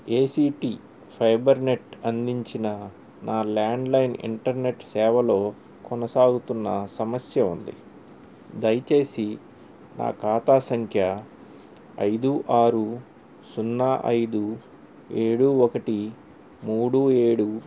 ACT Fibernet అందించిన నా landline internet సేవలో కొనసాగుతున్న సమస్య ఉంది దయచేసి నా ఖాతా సంఖ్య ఐదు ఆరు సున్నా ఐదు ఏడు ఒకటి మూడు ఏడు